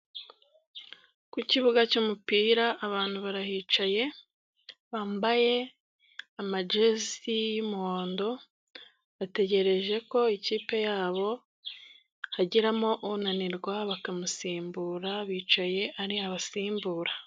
Ku kibuga cy'umupira abantu barahicaye bambaye ama jesi y'umuhondo bategereje ko ikipe yabo hagiramo unanirwa bakamusimbura, bicaye ari abasimbura.